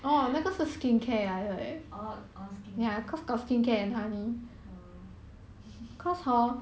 你没有 comment 你讲 so you want to buy my honey